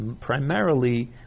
primarily